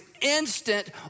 instant